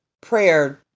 prayer